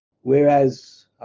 Whereas